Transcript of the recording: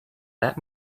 that